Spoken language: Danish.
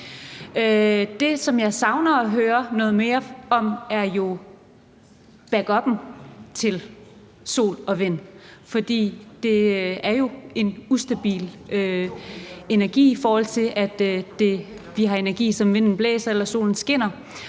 Det, som jeg savner at høre noget mere om, er backuppen til sol og vind, for det er jo en ustabil energikilde, i forhold til at vi har energi, som vinden blæser eller solen skinner.